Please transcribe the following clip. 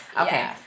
okay